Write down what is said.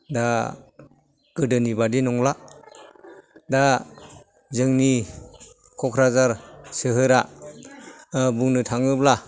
दा गोदोनि बादि नंला दा जोंनि क'क्राझार सोहोरा ओह बुंनो थाङोब्ला